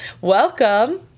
Welcome